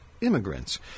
immigrants